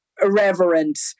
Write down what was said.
irreverent